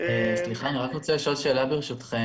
ברשותכם, שאלה.